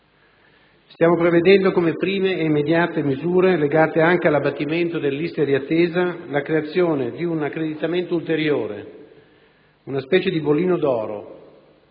Stiamo prevedendo come prime e immediate misure, legate anche all'abbattimento delle liste di attesa, la creazione di un accreditamento ulteriore, una specie di «bollino d'oro»,